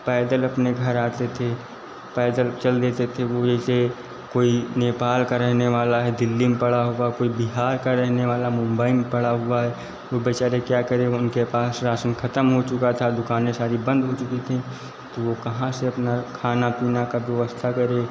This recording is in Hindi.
पैदल अपने घर आते थे पैदल चल देते थे से कोई नेपाल का रहने वाला है दिल्ली में पड़ा हुआ कोई बिहार का रहने वाला मुंबई में पड़ा हुआ है वो बेचारे क्या करें व उनके पास राशन ख़तम हो चूका था दुकानें सारी बंद हो चुकी थीं तो वो कहाँ से अपना खाना पीना का ब्यबस्था करे